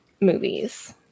movies